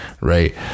Right